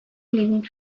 living